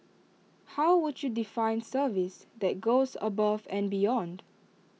how would you define service that goes above and beyond